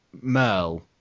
Merle